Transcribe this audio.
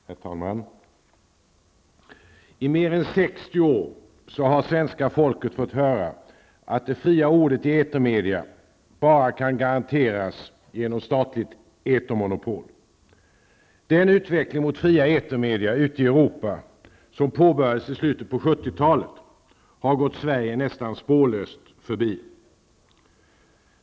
Herr talman! I mer än 60 år har svenska folket fått höra att det fria ordet i etermedia bara kan garanteras genom statligt etermonopol. Den utveckling mot fria etermedia ute i Europa som påbörjades i slutet av 70-talet har gått Sverige nästan spårlöst förbi.